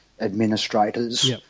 administrators